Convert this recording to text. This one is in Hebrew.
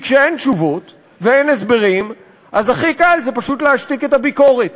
כי כשאין תשובות ואין הסברים הכי קל זה פשוט להשתיק את הביקורת,